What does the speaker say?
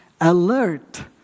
alert